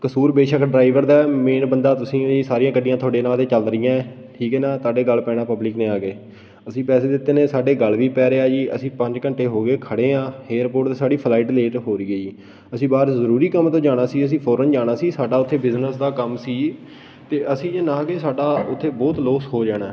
ਕਸੂਰ ਬੇਸ਼ੱਕ ਡਰਾਈਵਰ ਦਾ ਮੇਨ ਬੰਦਾ ਤੁਸੀਂ ਹੋ ਜੀ ਸਾਰੀਆਂ ਗੱਡੀਆਂ ਤੁਹਾਡੇ ਨਾਂ 'ਤੇ ਚੱਲ ਰਹੀਆਂ ਠੀਕ ਹੈ ਨਾ ਤੁਹਾਡੇ ਗਲ ਪੈਣਾ ਪਬਲਿਕ ਨੇ ਆ ਕੇ ਅਸੀਂ ਪੈਸੇ ਦਿੱਤੇ ਨੇ ਸਾਡੇ ਗਲ਼ ਵੀ ਪੈ ਰਿਹਾ ਜੀ ਅਸੀਂ ਪੰਜ ਘੰਟੇ ਹੋ ਗਏ ਖੜ੍ਹੇ ਹਾਂ ਏਅਰਪੋਟ 'ਤੇ ਸਾਡੀ ਫਲਾਈਟ ਲੇਟ ਹੋ ਰਹੀ ਹੈ ਜੀ ਅਸੀਂ ਬਾਹਰ ਜ਼ਰੂਰੀ ਕੰਮ ਤੋਂ ਜਾਣਾ ਸੀ ਅਸੀਂ ਫੋਰਨ ਜਾਣਾ ਸੀ ਸਾਡਾ ਉੱਥੇ ਬਿਜ਼ਨਸ ਦਾ ਕੰਮ ਸੀ ਅਤੇ ਅਸੀਂ ਜੇ ਨਾ ਗਏ ਸਾਡਾ ਉੱਥੇ ਬਹੁਤ ਲੋਸ ਹੋ ਜਾਣਾ